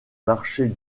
marché